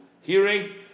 hearing